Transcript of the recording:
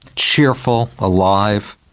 cheerful, alive,